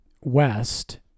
West